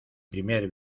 primer